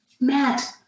Matt